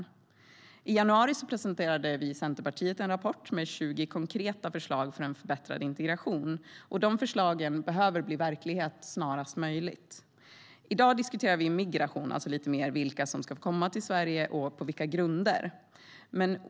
I januari presenterade vi i Centerpartiet en rapport med 20 konkreta förslag för en förbättrad integration, och de förslagen behöver bli verklighet snarast möjligt. I dag diskuterar vi migration, alltså vilka som ska få komma till Sverige och på vilka grunder.